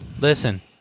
Listen